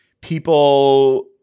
people